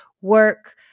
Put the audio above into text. work